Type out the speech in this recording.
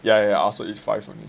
ya ya ya I also eat five only